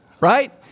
right